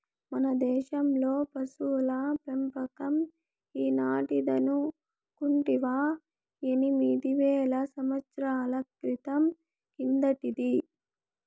మన దేశంలో పశుల పెంపకం ఈనాటిదనుకుంటివా ఎనిమిది వేల సంవత్సరాల క్రితం కిందటిది